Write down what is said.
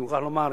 אני מוכרח לומר,